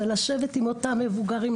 לשבת עם אותם מבוגרים,